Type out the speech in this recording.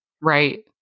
Right